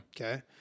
Okay